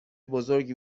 بزرگی